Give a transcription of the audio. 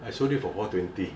I sold it for four twenty